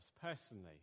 personally